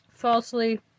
falsely